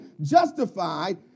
justified